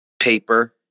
paper